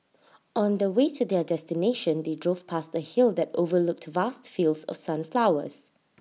on the way to their destination they drove past A hill that overlooked vast fields of sunflowers